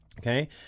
Okay